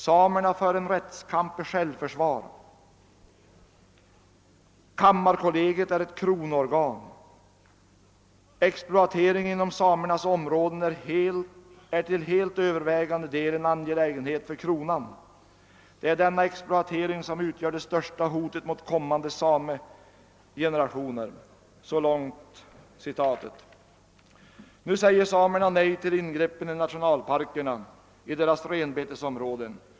Samerna för en rättskamp i självförsvar. ——— Kammarkollegiet är ett kronoorgan. ——— Exploateringen inom samernas områden är till helt övervägande del en angelägenhet för kronan. Det är denna exploatering, som utgör det största hotet mot kommande samegenerationer.» Samerna säger nej till ingreppen i nationalparkerna, i deras renbetesområden.